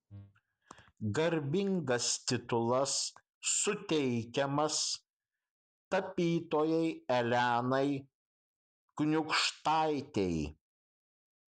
garbingas titulas suteikiamas tapytojai elenai kniūkštaitei